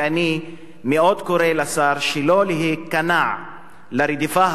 ואני מאוד קורא לשר שלא להיכנע לרדיפה